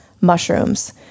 mushrooms